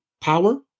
power